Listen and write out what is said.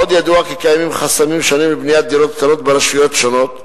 עוד ידוע כי קיימים חסמים שונים לבניית דירות קטנות ברשויות שונות.